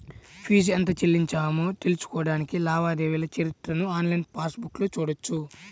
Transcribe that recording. fee ఎంత చెల్లించామో తెలుసుకోడానికి లావాదేవీల చరిత్రను ఆన్లైన్ పాస్ బుక్లో చూడొచ్చు